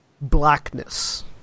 blackness